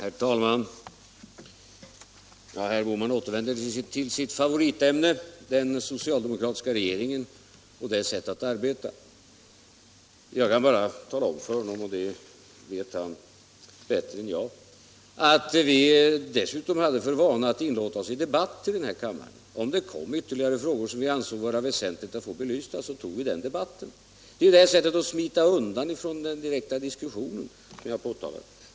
Herr talman! Herr Bohman återvänder till sitt favoritämne — den socialdemokratiska regeringen och dess sätt att arbeta. Jag vill bara tala om för honom att — och det vet han bättre än jag — vi dessutom hade för vana att inlåta oss i debatter i den här kammaren; om det kom ytterligare frågor som vi ansåg det vara väsentligt att få belysa tog vi den debatten. Det är det här sättet att smita undan från den direkta diskussionen som jag har påtalat.